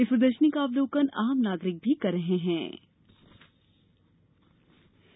इस प्रदर्षनी का अवलोकन आम नागरिक भी कर सकेंगे